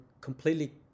completely